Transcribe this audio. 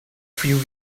few